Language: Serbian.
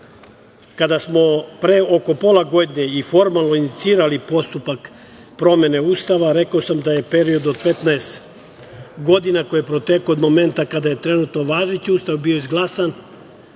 smo pre oko pola godine i formalno inicirali postupak promene Ustava, rekao sam da je period od 15 godina, koji je protekao od momenta kada je trenutno važeći Ustav bio izglasan